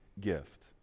gift